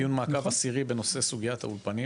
דיון מעקב עשירי בנושא סוגיית האולפנים.